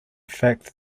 fact